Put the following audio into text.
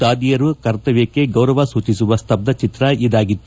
ದಾದಿಯರ ಕರ್ತವ್ಯಕ್ಕೆ ಗೌರವ ಸೂಚಿಸುವ ಸ್ತಬ್ಬಚಿತ್ರ ಇದಾಗಿತ್ತು